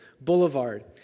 Boulevard